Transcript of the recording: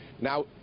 now